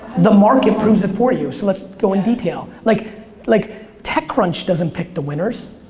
the market proves it for you, so lets go in detail. like like techcrunch doesn't pick the winners,